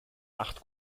acht